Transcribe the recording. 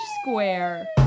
square